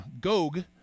Gog